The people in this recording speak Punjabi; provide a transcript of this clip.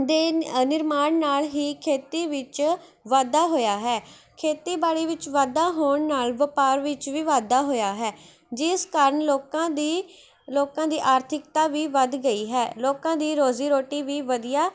ਦੇ ਨਿਰਮਾਣ ਨਾਲ਼ ਹੀ ਖੇਤੀ ਵਿੱਚ ਵਾਧਾ ਹੋਇਆ ਹੈ ਖੇਤੀਬਾੜੀ ਵਿੱਚ ਵਾਧਾ ਹੋਣ ਨਾਲ਼ ਵਪਾਰ ਵਿੱਚ ਵੀ ਵਾਧਾ ਹੋਇਆ ਹੈ ਜਿਸ ਕਾਰਨ ਲੋਕਾਂ ਦੀ ਲੋਕਾਂ ਦੀ ਆਰਥਿਕਤਾ ਵੀ ਵੱਧ ਗਈ ਹੈ ਲੋਕਾਂ ਦੀ ਰੋਜ਼ੀ ਰੋਟੀ ਵੀ ਵਧੀਆ